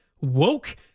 woke